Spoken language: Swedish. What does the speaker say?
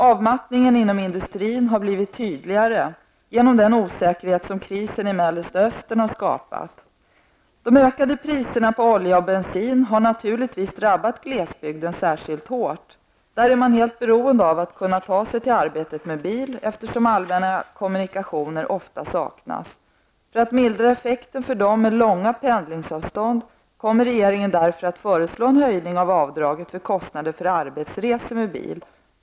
Avmattningen inom industrin har blivit tydligare genom den osäkerhet som krisen i Mellanöstern har skapat. De ökade priserna på olja och bensin har naturligtvis drabbat glesbygden särskilt hårt. Där är man helt beroende av att kunna ta sig till arbetet med bil, eftersom allmänna kommunikationer ofta saknas. För att mildra effekterna för dem med långa pendlingsavstånd kommer regeringen därför att föreslå en höjning av avdraget för kostnader för arbetsresor med bil.